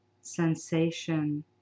sensation